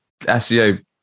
SEO